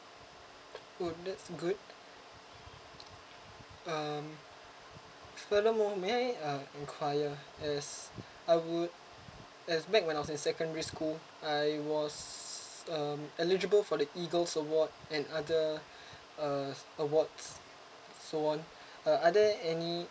oh that's good um furthermore may I uh enquire as I would as back when I was in secondary school I was um eligible for the eagles award and other uh awards so on uh are there any